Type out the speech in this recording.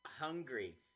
hungry